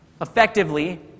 effectively